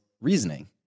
reasoning